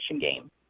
game